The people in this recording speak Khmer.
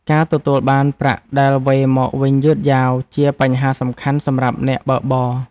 ការទទួលបានប្រាក់ដែលវេរមកវិញយឺតយ៉ាវ ជាបញ្ហាសំខាន់សម្រាប់អ្នកបើកបរ។